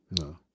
No